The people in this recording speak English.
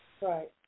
Right